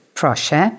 proszę